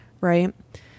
right